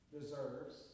deserves